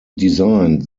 designed